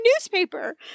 newspaper